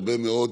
הרבה מאוד